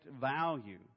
value